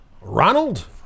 Ronald